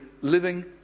living